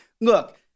look –